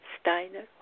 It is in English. Steiner